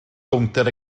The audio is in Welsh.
gownter